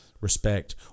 respect